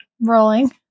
Rolling